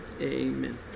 Amen